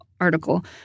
article